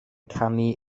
canu